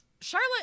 Charlotte